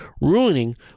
ruining